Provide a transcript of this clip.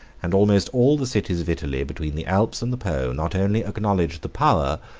and almost all the cities of italy between the alps and the po not only acknowledged the power,